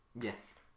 Yes